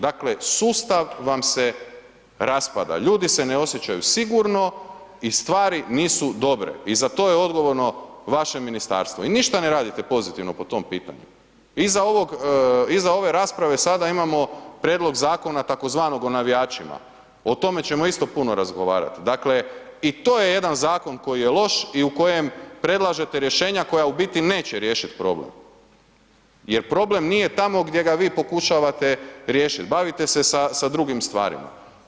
Dakle sustav vam se raspada, ljudi se ne osjećaju sigurno i stvari nisu dobre i za to je odgovorno vaše ministarstvo i ništa ne radite pozitivno po tom pitanju. iza ove rasprave sada imamo prijedlog zakona tzv. o navijačima, o tome ćemo isto puno razgovarati, dakle i to je jedan zakon koji je loš i u kojem predlažete rješenja koja u biti neće riješiti problem jer problem nije tamo gdje ga vi pokušavate riješit, bavite se sa drugim stvarima.